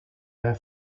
their